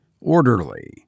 orderly